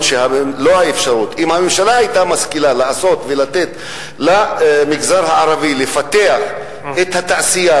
אם הממשלה היתה משכילה לעשות ולתת למגזר הערבי לפתח את התעשייה,